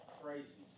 crazy